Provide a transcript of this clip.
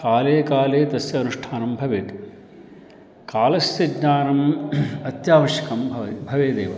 काले काले तस्य अनुष्ठानं भवेत् कालस्य ज्ञानम् अत्यावश्यकं भवेत् भवेदेव